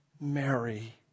Mary